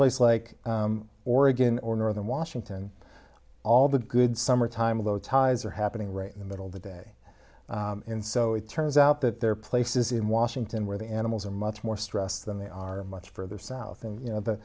place like oregon or northern washington all the good summertime low tides are happening right in the middle of the day and so it turns out that there are places in washington where the animals are much more stressed than they are much further south and you know th